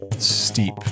Steep